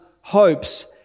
hopes